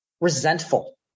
resentful